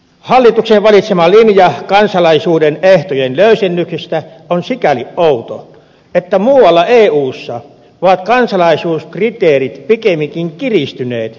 hallituksen valitsema linja kansalaisuuden ehtojen löysennyksistä on sikäli outo että muualla eussa ovat kansalaisuuskriteerit pikemminkin kiristyneet